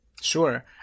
Sure